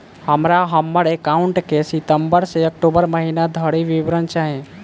हमरा हम्मर एकाउंट केँ सितम्बर सँ अक्टूबर महीना धरि विवरण चाहि?